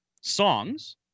songs